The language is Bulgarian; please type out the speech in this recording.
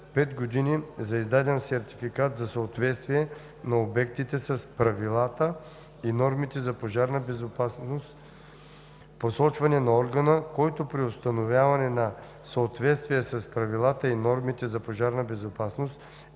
пет години за издаден сертификат за съответствие на обектите с правилата и нормите за пожарна безопасност, посочване на органа, който при установяване на съответствие с правилата и нормите за пожарна безопасност